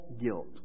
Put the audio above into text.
guilt